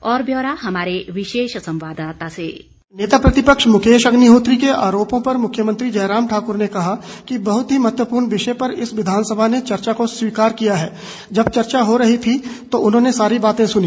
और ब्यौरा हमारे विशेष संवाददाता से नेता प्रतिपक्ष मुकेश अग्निहोत्री के आरोपों पर मुख्यमंत्री जयराम ठाकुर ने कहा कि बहुत ही महत्वपूर्ण विषय पर इस विधानसभा ने चर्चा को स्वीकार किया जब चर्चा हो रही थी तो उन्होंने सारी बात सुनी